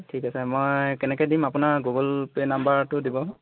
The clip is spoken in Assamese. ঠিক আছে মই কেনেকৈ দিম আপোনাৰ গুগল পে' নাম্বাৰটো দিব